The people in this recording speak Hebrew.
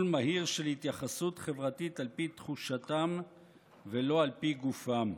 מהיר של התייחסות חברתית על פי תחושתם ולא על פי גופם,